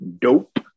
Dope